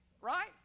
right